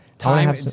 Time